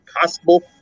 possible